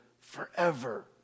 forever